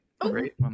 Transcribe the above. great